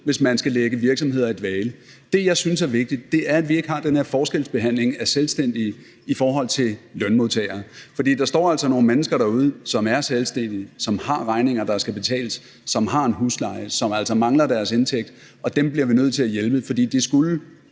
hvis man skal lægge virksomheder i dvale. Det, jeg synes er vigtigt, er, at vi ikke har den her forskelsbehandling af selvstændige i forhold til lønmodtagere. For der står altså nogle mennesker derude, som er selvstændige, som har regninger, der skal betales, som har en husleje, og som altså mangler deres indtægt. Og dem bliver vi nødt til at hjælpe, for de skulle